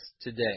today